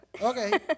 okay